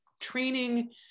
Training